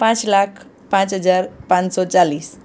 પાંચ લાખ પાંચ હજાર પાંચસો ચાલીસ